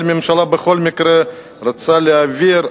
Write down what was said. אבל הממשלה בכל מקרה רוצה להעביר אותם.